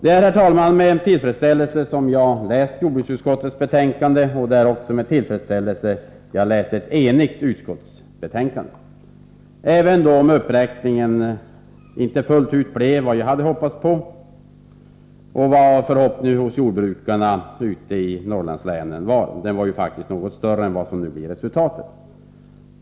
Det är, herr talman, med tillfredsställelse som jag har läst jordbruksutskottets betänkande — ett enigt utskottsbetänkande — även om uppräkningen inte riktigt blev vad jag hade hoppats på. Förhoppningarna bland jordbrukarna i Norrlandslänen var också något större än vad som motsvaras av resultatet.